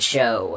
Show